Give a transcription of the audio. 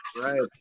Right